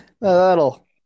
that'll